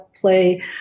play